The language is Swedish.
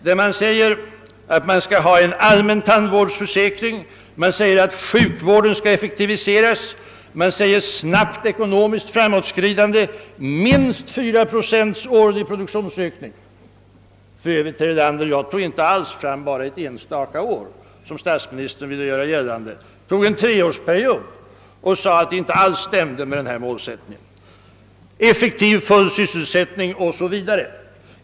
På affischen talas om en allmän tandvårdsförsäkring, att sjukvården skall effektiviseras, om snabbt ekonomiskt framåtskridande och inte minst om 4 procent årlig produktionsökning. Jag rörde mig inte alls med ett enstaka år som statsministern ville göra gällande utan med en treårsperiod. Jag framhöll också att verkligheten inte »tämde med målsättningen i fråga om effektiv, full sysselsättning o. s. v.